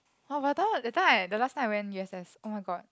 orh but the time that time I the last time I went u_s_s oh-my-god